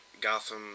Gotham